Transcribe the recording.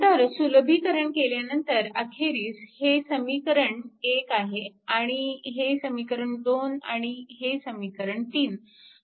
नंतर सुलभीकरण केल्यानंतर अखेरीस हे समीकरण 1 आहे हे समीकरण 2 आणि हे समीकरण 3